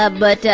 ah but,